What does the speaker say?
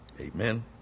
Amen